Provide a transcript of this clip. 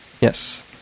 Yes